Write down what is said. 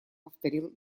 повторил